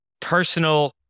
personal